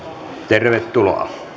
tervetuloa